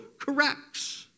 corrects